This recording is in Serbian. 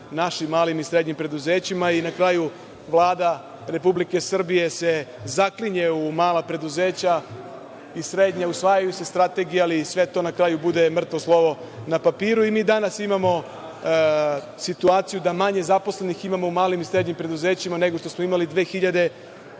našim malim i srednjim preduzećima i na kraju Vlada Republike Srbije se zaklinje u mala preduzeća i srednja. Usvajaju se strategije, ali sve to na kraju bude mrtvo slovo na papiru.I mi danas imamo situaciju da manje zaposlenih imamo u malim i srednjim preduzećima, nego što smo imali 2002.